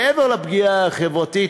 מעבר לפגיעה החברתית,